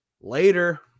Later